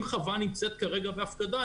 אם חווה נמצאת כרגע בהפקדה,